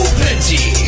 plenty